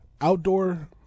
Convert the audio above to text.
Outdoor